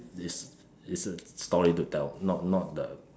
is is a story to tell not not the